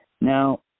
Now